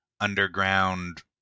underground